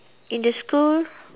in the school